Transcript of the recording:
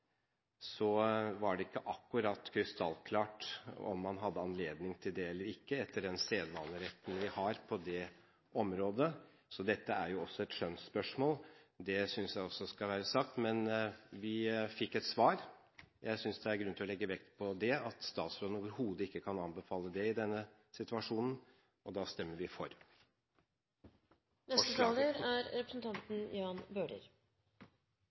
Så dette er også et skjønnsspørsmål. Det synes jeg skal være sagt. Men vi fikk et svar. Jeg synes det er grunn til å legge vekt på at statsråden overhodet ikke kan anbefale forslaget i denne situasjonen – og da stemmer vi for. Jeg er glad for den tilslutningen alle partier, utenom Venstre, har gitt til lovforslagene som komiteen har hatt til behandling. Det kom en god begrunnelse fra Kristelig Folkeparti. Representanten